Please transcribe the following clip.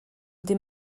des